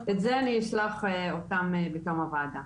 את זה אני אשלח עוד פעם בתום הוועדה.